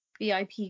VIP